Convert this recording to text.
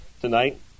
tonight